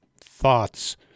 thoughts